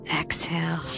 Exhale